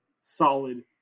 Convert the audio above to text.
solid